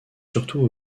surtout